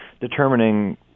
determining